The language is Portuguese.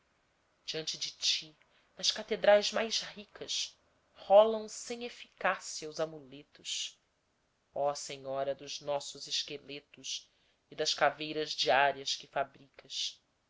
diante de ti nas catedrais mais ricas rolam sem eficácia os amuletos oh senhora dos nossos esqueletos e das caveiras diárias que fabricas